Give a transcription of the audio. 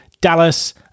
Dallas